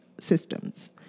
systems